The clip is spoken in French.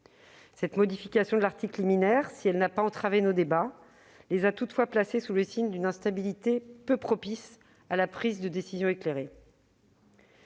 Cette modification de l'article liminaire, si elle n'a pas entravé nos débats, a toutefois placé ceux-ci sous le signe d'une instabilité peu propice à la prise de décisions éclairées.